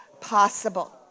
possible